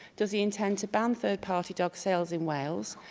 does he intend to ban third-party dog sales in wales?